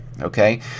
Okay